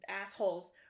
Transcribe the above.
assholes